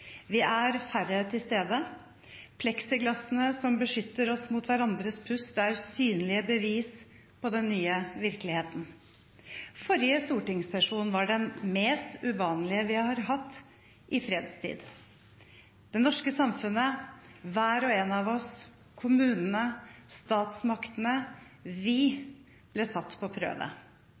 Vi er færre til stede, og pleksiglasset som beskytter oss mot hverandres pust, er et synlig bevis på den nye virkeligheten. Forrige stortingssesjon var den mest uvanlige vi har hatt i fredstid. Det norske samfunnet, hver og en av oss, kommunene, statsmaktene – vi – ble satt på prøve.